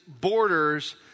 borders